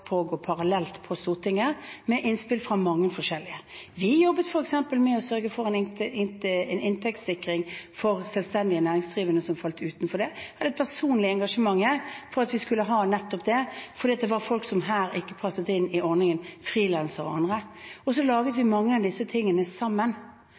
pågå parallelt på Stortinget, med innspill fra mange forskjellige. Vi jobbet f.eks. med å sørge for en inntektssikring for selvstendig næringsdrivende som falt utenfor. Jeg hadde et personlig engasjement for at vi skulle ha nettopp det, for det var folk som her ikke passet inn i ordningen, frilansere og andre. Så laget vi